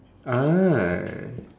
ah